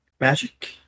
magic